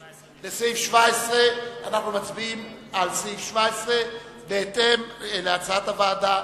לסעיף 17, אנחנו מצביעים על סעיף 17 כהצעת הוועדה.